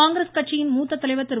காங்கிரஸ் கட்சியின் மூத்த தலைவர் திரு